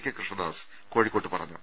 K Krishnadas കോഴിക്കോട്ട് പറഞ്ഞു